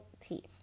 teeth